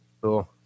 Cool